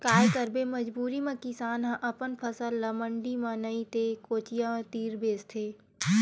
काये करबे मजबूरी म किसान ह अपन फसल ल मंडी म नइ ते कोचिया तीर बेचथे